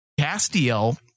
Castiel